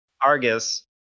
Argus